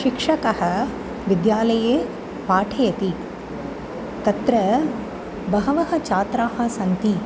शिक्षकः विद्यालये पाठयति तत्र बहवः छात्राः सन्ति